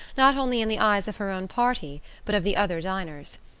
not only in the eyes of her own party but of the other diners.